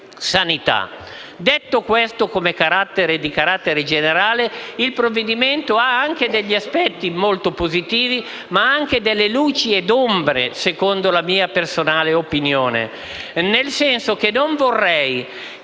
sanità. Detto questo dal punto di vista generale, il provvedimento presenta degli aspetti molto positivi, ma anche delle luci ed ombre, secondo la mia personale opinione. Nel senso che non vorrei